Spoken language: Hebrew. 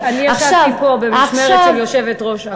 אני ישבתי פה במשמרת של יושבת-ראש הכנסת.